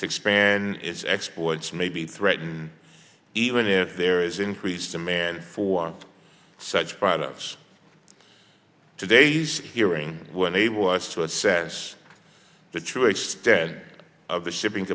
to expand its exports may be threatened even if there is increased demand for such products today's hearing when able to assess the true extent of the shipping